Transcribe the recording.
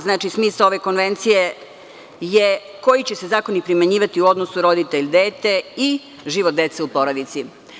Znači, smisao ove Konvencije je koji će se zakoni primenjivati u odnosu roditelj-dete i život dece u porodici.